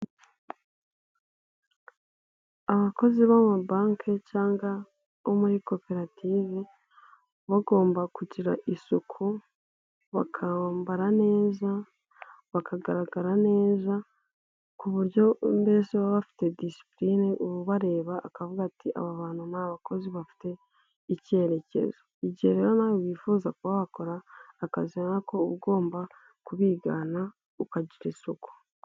Abakozi b'amabanki cyangwa bo muri koperative baba bagomba kugira isuku, bakambara neza bakagaragara neza ku buryo mbese baba bafite disipurine uwubareba akavuga ati" aba bantu ni abakozi bafite icyerekezo". Igihe rero nawe wifuza kuba wakora akazi nk'ako uba ugomba kubigana ukagira isuku.